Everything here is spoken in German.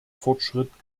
fortschritt